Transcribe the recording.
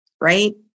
right